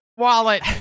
wallet